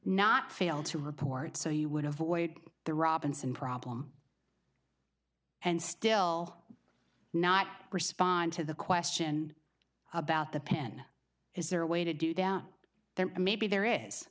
not fail to report so you would avoid the robinson problem and still not respond to the question about the pen is there a way to do down there maybe there is